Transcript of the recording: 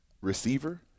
receiver